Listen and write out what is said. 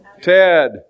Ted